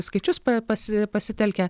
skaičius pa pasi pasitelkia